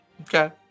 Okay